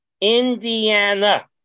Indiana